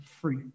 free